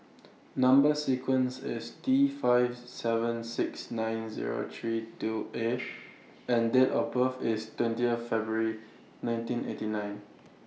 Number sequence IS T five seven six nine Zero three two A and Date of birth IS twentieth February nineteen eighty nine